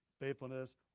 faithfulness